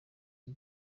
iki